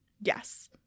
yes